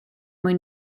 mwy